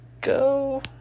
go